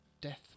Death